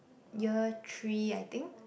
year three I think